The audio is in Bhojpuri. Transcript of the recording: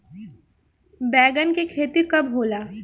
बैंगन के खेती कब होला?